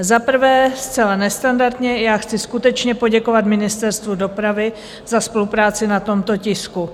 Za prvé, zcela nestandardně chci skutečně poděkovat Ministerstvu dopravy za spolupráci na tomto tisku.